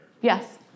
Yes